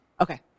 Okay